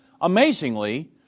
amazingly